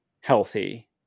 healthy